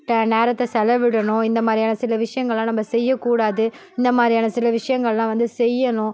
ட நேரத்தை செலவிடணும் இந்த மாதிரியான சில விஷயங்கள்லாம் நம்ம செய்யக் கூடாது இந்த மாதிரியான சில விஷயங்கள்லாம் வந்து செய்யணும்